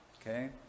Okay